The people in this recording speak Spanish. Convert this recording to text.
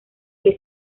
que